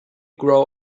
grow